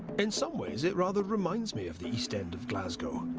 and some ways, it rather reminds me of the east end of glasgow.